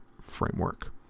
framework